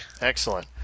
Excellent